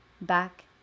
back